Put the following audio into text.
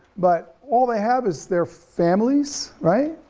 but all they have is their families, right?